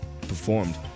performed